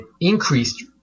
increased